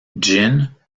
gin